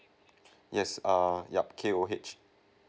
yes err yup K O H